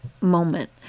moment